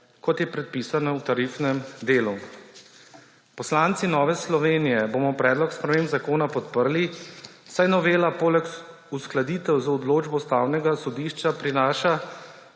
kot je predpisana v tarifnem delu. Poslanci Nove Slovenije bomo predlog sprememb zakona podprli, saj novela poleg uskladitev z odločbo Ustavnega sodišča prinaša